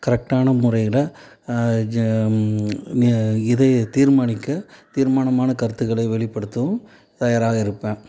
கரெக்டான முறையில் இது தீர்மானிக்க தீர்மானமான கருத்துக்களை வெளிப்படுத்தவும் தயாராக இருப்பேன்